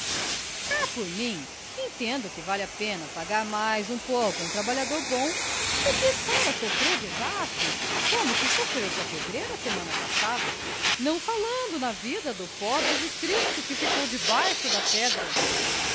cá por mim entendo que vale a pena pagar mais um pouco a um trabalhador bom do que estar a sofrer desastres como o que sofreu sua pedreira a semana passada não falando na vida do pobre de cristo que ficou debaixo da pedra